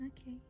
okay